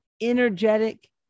energetic